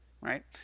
right